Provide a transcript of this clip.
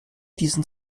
diesen